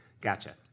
gotcha